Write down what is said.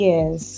Yes